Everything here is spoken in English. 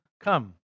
come